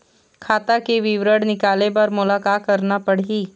खाता के विवरण निकाले बर मोला का करना पड़ही?